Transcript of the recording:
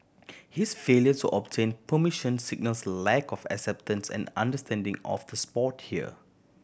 his failures to obtain permission signals lack of acceptance and understanding of the sport here